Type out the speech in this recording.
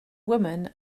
woman